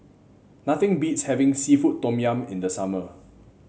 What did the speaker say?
nothing beats having seafood Tom Yum in the summer